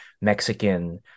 mexican